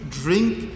drink